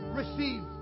receive